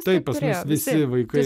taip pas mus visi vaikai